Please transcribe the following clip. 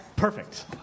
Perfect